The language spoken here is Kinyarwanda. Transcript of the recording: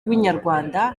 inyarwanda